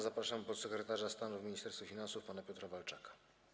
Zapraszam podsekretarza stanu w Ministerstwie Finansów pana Piotra Walczaka.